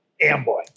Amboy